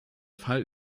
fall